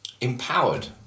empowered